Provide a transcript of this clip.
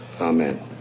Amen